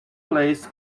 place